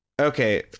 Okay